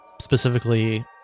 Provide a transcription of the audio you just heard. specifically